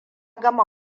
gama